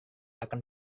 akan